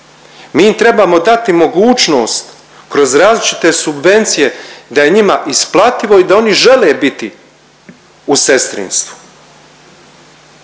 Mi im trebamo dati mogućnost kroz različite subvencije da je njima isplativo i da oni žele biti u sestrinstvu.